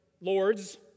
Lord's